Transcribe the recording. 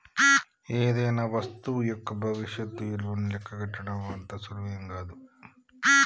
ఏదైనా వస్తువు యొక్క భవిష్యత్తు ఇలువను లెక్కగట్టడం అంత సులువేం గాదు